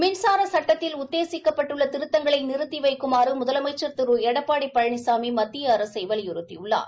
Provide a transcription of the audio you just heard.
மின்சார சட்டத்தில் உத்தேசிக்கப்பட்டுள்ள திருத்தங்களை நிறுத்தி வைக்குமாறு முதலமைச்சா் திரு எடப்பாடி பழனிசாமி மத்திய அரசை வலியுறுத்தியுள்ளார்